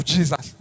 Jesus